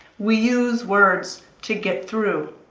we use words to get through.